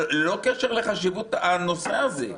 ללא קשר לחשיבות הנושא הזה.